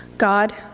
God